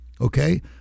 Okay